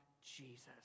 Jesus